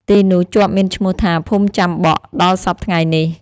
ទីនោះជាប់មានឈ្មោះថា ភូមិចាំបក់ ដល់សព្វថ្ងៃនេះ ។